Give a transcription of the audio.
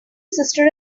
sister